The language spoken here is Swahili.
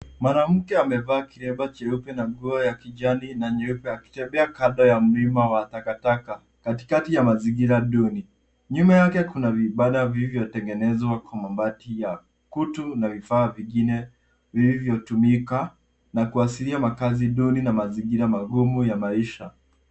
Mwanamke amevaa kiraba na nguo ya kijani na nyeupe akitembea kando ya mlima wa takataka katikati ya mazingira duni. Nyuma yake kuna vibanda vilivyotengenezwa kwa mabati ya kutu na vifaa vingine vilivyotumika na kuashiria makazi duni na mazingira magumu ya maisha.